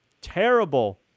terrible